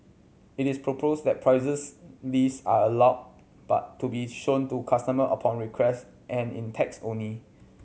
it is proposed that prices list are allowed but to be shown to customer upon request and in text only